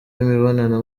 imibonano